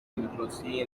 دموکراسی